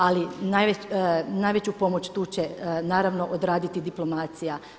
Ali najveću pomoć tu će naravno odraditi diplomacija.